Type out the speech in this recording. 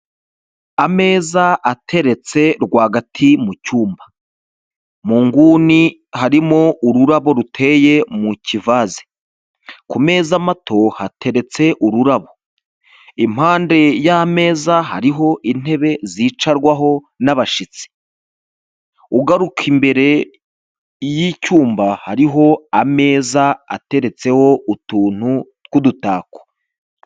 Ameza ateretse rwagati mu cyumba, mu nguni harimo ururabo ruteye mu kivase, ku meza mato hateretse ururabo, impande y'ameza hariho intebe zicarwaho n'abashitsi ugaruka imbere y'icyumba hariho ameza ateretseho utuntu tw'udutako.